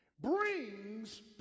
brings